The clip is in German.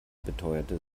beteuerte